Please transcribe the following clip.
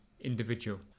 individual